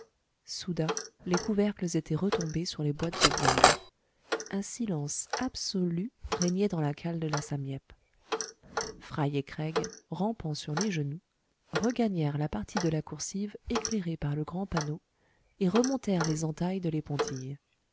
soudain les couvercles étaient retombés sur les boîtes oblongues un silence absolu régnait dans la cale de la sam yep fry et craig rampant sur les genoux regagnèrent la partie de la coursive éclairée par le grand panneau et remontèrent les entailles de